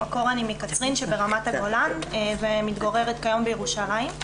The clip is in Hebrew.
במקור אני מקצרין שברמת הגולן ומתגוררת כיום בירושלים.